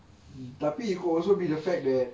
tapi it could also be the fact that